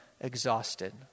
exhausted